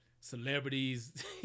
celebrities